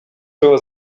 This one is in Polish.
była